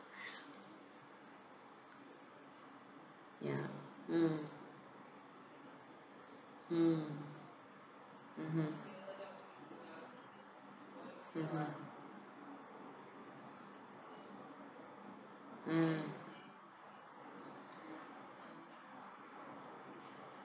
yeah mm mm mmhmm mmhmm mm